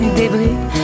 débris